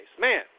Man